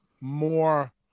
more